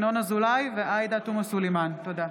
ינון אזולאי ועאידה תומא סלימאן בנושא: